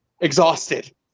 exhausted